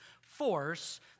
force